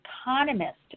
Economist